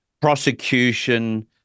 prosecution